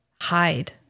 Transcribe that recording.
hide